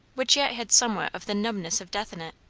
which yet had somewhat of the numbness of death in it,